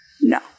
No